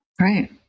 Right